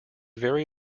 very